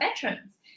veterans